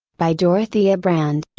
by dorothea brande